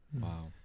Wow